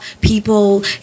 people